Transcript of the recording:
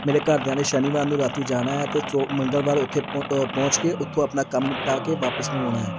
ਮੇਰੇ ਘਰਦਿਆਂ ਨੇ ਸ਼ਨੀਵਾਰ ਨੂੰ ਰਾਤੀਂ ਜਾਣਾ ਹੈ ਅਤੇ ਸੋਮ ਮੰਗਲਵਾਰ ਉੱਥੇ ਪਹੁੰਚ ਕੇ ਉੱਥੋਂ ਆਪਣਾ ਕੰਮ ਨਿਪਟਾ ਕੇ ਵਾਪਿਸ ਨੂੰ ਆਉਣਾ ਹੈ